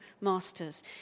masters